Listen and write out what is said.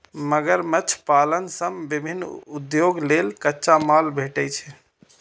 मगरमच्छ पालन सं विभिन्न उद्योग लेल कच्चा माल भेटै छै